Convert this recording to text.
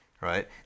right